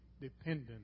dependent